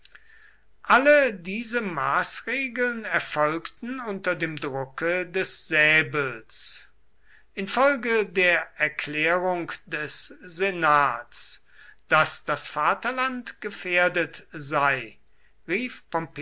alle diese maßregeln erfolgten unter dem drucke des säbels infolge der erklärung des senats daß das vaterland gefährdet sei rief